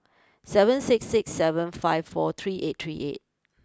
seven six six seven five four three eight three eight